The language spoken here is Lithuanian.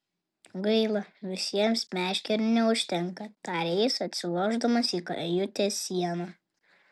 gaila visiems meškerių neužtenka tarė jis atsilošdamas į kajutės sieną